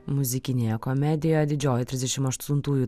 muzikinėje komedijoje didžioji trisdešim aštuntųjų